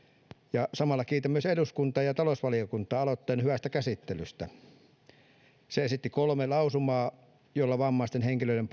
ja samalla kiitän myös eduskuntaa ja talousvaliokuntaa aloitteen hyvästä käsittelystä se esitti kolme lausumaa joilla vammaisten henkilöiden